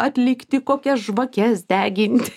atlikti kokias žvakes deginti